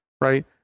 right